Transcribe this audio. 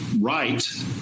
right